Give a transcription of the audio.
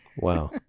Wow